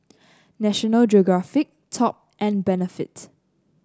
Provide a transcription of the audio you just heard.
National Geographic Top and Benefit